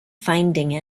finding